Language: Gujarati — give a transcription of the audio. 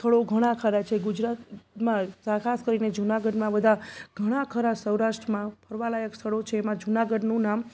સ્થળો ઘણા ખરાં છે ગુજરાતમાં ખાસ કરીને જુનાગઢમાં બધા ઘણા ખરાં સૌરાષ્ટ્રમાં ફરવાલાયક સ્થળો છે એમાં જુનાગઢનું નામ